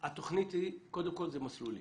התכנית היא, קודם כל זה מסלולים.